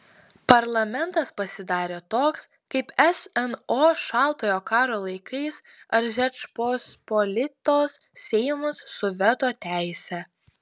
parlamentas pasidarė toks kaip sno šaltojo karo laikais ar žečpospolitos seimas su veto teise